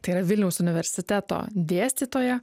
tai yra vilniaus universiteto dėstytoja